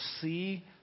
see